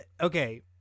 okay